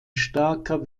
starker